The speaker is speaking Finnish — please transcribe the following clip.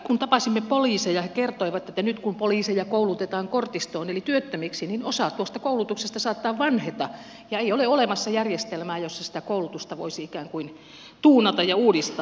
kun tapasimme poliiseja he kertoivat että nyt kun poliiseja koulutetaan kortistoon eli työttömiksi niin osa tuosta koulutuksesta saattaa vanheta ja ei ole olemassa järjestelmää jossa sitä koulutusta voisi ikään kuin tuunata ja uudistaa